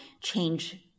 change